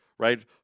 Right